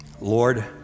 Lord